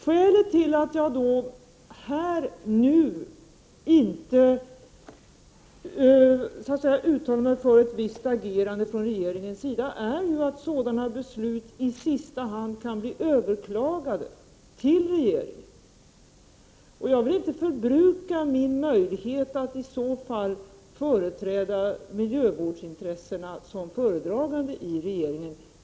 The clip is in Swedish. =:: S > kreditgivning till Skälet till att jag nu inte uttalar mig för ett visst agerande från regeringens icländer sida är att sådana beslut i sista hand kan bli överklagade till regeringen, och jag villinte— genom att nu göra några uttalanden — förbruka min möjlighet att i så fall företräda miljövårdsintressena, som föredragande i regeringen.